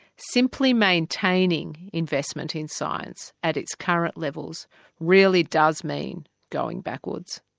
simply maintaining investment in science at its current levels really does mean going backwards.